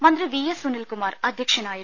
മന്ത്രി V S Sunilkumar അധ്യക്ഷനായിരുന്നു